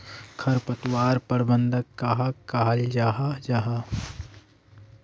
खरपतवार प्रबंधन कहाक कहाल जाहा जाहा?